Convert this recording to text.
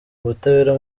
butabera